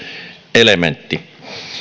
elementti